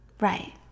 Right